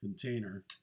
container